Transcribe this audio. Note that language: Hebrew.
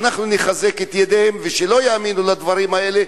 אנחנו נחזק את ידיהם ושלא יאמינו לדברים האלה,